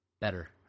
Better